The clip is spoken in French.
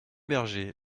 berger